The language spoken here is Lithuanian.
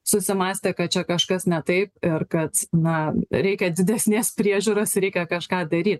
susimąstė kad čia kažkas ne taip ir kad na reikia didesnės priežiūros reikia kažką daryt